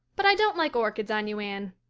but i don't like orchids on you, anne.